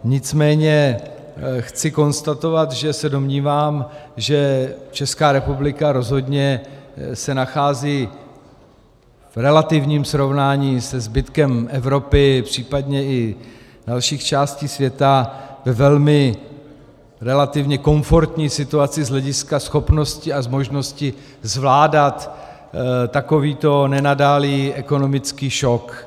Nicméně chci konstatovat, že se domnívám, že Česká republika rozhodně se nachází v relativním srovnání se zbytkem Evropy, případně i dalších částí světa, ve velmi relativně komfortní situaci z hlediska schopnosti a možnosti zvládat takový nenadálý ekonomický šok.